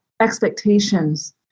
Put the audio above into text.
expectations